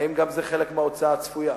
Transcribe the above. האם גם זה חלק מההוצאה הצפויה?